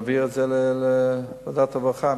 להעביר את זה לוועדת הרווחה.